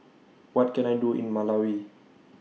What Can I Do in Malawi